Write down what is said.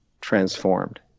transformed